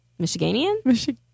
Michiganian